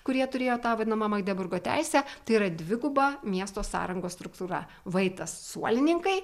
kurie turėjo tą vadinamą magdeburgo teisę tai yra dviguba miesto sąrangos struktūra vaitas suolininkai